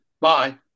Bye